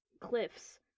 cliffs